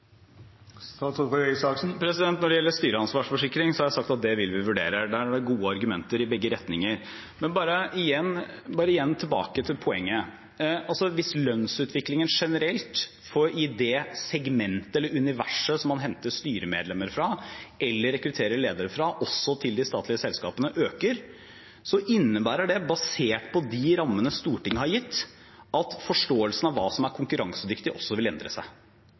styreansvarsforsikring, har jeg sagt at det vil vi vurdere. Der er det gode argumenter i begge retninger. Men igjen tilbake til poenget: Hvis lønnsutviklingen generelt i det segmentet eller universet som man henter styremedlemmer fra eller rekrutterer ledere fra – også til de statlige selskapene – øker, innebærer det, basert på de rammene Stortinget har gitt, at forståelsen av hva som er konkurransedyktig, også vil endre seg.